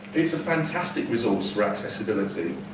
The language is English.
it's a fantastic resource for accessibility.